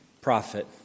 Prophet